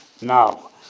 now